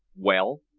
well,